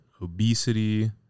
obesity